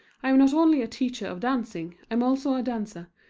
i am not only a teacher of dancing, i am also a dancer,